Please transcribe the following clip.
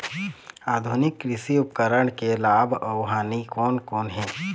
आधुनिक कृषि उपकरण के लाभ अऊ हानि कोन कोन हे?